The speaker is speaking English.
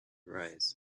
arise